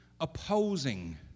opposing